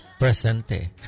presente